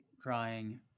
crying